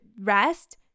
rest